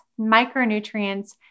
micronutrients